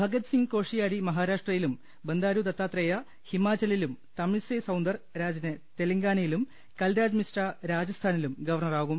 ഭഗത്സിംഗ് കോഷിയാരി മഹാരാ ഷ്ട്രയിലും ബന്ദാരു ദത്താത്രേയ ഹിമാചലിലും തമിഴ്സൈ സൌന്ദർ രാജനെ തെലങ്കാനയിലും കൽരാജ് മിശ്ര രാജസ്ഥാനിലും ഗവർണ്ണറാകും